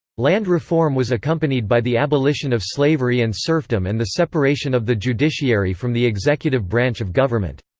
land reform was accompanied by the abolition of slavery and serfdom and the separation of the judiciary from the executive branch of government.